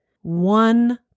One